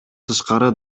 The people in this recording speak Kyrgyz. тышкары